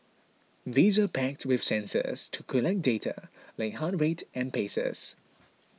these are packed with sensors to collect data like heart rate and paces